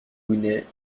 robinet